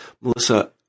Melissa